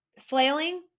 flailing